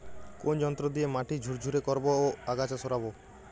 কোন যন্ত্র দিয়ে মাটি ঝুরঝুরে করব ও আগাছা সরাবো?